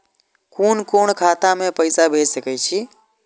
कुन कोण खाता में पैसा भेज सके छी?